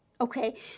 okay